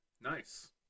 nice